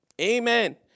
Amen